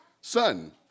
Son